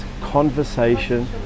conversation